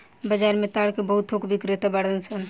बाजार में ताड़ के बहुत थोक बिक्रेता बाड़न सन